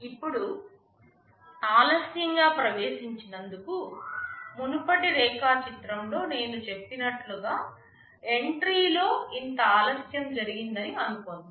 ఇప్పుడు ఆలస్యంగా ప్రవేశించినందుకు మునుపటి రేఖాచిత్రంలో నేను చెప్పినట్లుగా ఎంట్రీలో ఇంత ఆలస్యం జరిగిందని అనుకుందాం